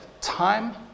time